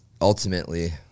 ultimately